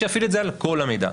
שיפעיל את זה על כל המידע.